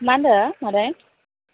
मा होन्दों मादै